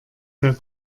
der